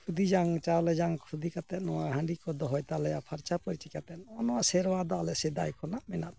ᱠᱷᱩᱫᱤ ᱡᱟᱝ ᱪᱟᱣᱞᱮ ᱡᱟᱝ ᱠᱷᱩᱫᱤ ᱠᱟᱛᱮᱫ ᱱᱚᱣᱟ ᱦᱟᱸᱰᱤ ᱠᱚ ᱫᱚᱦᱚᱭ ᱛᱟᱞᱮᱭᱟ ᱯᱷᱟᱨᱪᱟᱼᱯᱷᱟᱹᱨᱪᱤ ᱠᱟᱛᱮᱫ ᱱᱚᱜᱼᱚ ᱱᱟ ᱥᱮᱨᱣᱟ ᱫᱚ ᱟᱞᱮ ᱥᱮᱫᱟᱭ ᱠᱷᱚᱱᱟᱜ ᱢᱮᱱᱟᱜ ᱛᱟᱞᱮᱭᱟ